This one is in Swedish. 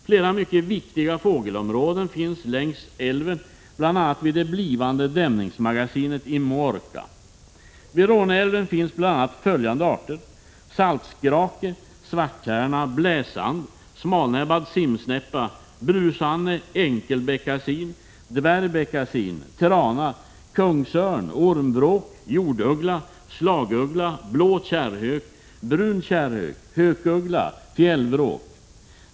Flera mycket viktiga fågelområden finns längs älven, bl.a. vid det blivande dämningsmagasinet i Muorka. Vid Råne älv finns bl.a. följande arter: salskrake, svarttärna, bläsand, smalnäbbad simsnäppa, brushane, enkelbeckasin, dvärgbeckasin, trana, kungsörn, ormvråk, jorduggla, slaguggla, blå kärrhök, brun kärrhök, hökuggla och fjällvråk.